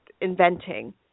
inventing